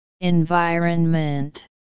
environment